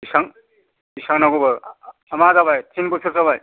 बेसेबां बेसेबां नांगौ आंना जाबाय तिन बोसोर जाबाय